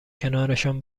کنارشان